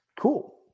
cool